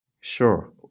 Sure